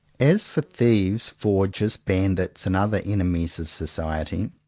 as for thieves, forgers, bandits, and other enemies of society,